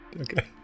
Okay